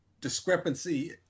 discrepancy